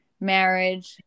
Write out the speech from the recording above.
marriage